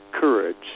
Courage